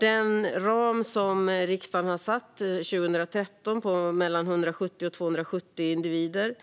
Den ram som riksdagen har satt 2013 på 170-270 individer